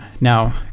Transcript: now